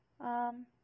Um